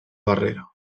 barrera